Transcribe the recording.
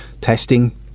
testing